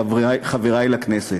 חברי לכנסת: